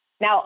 Now